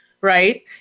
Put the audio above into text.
right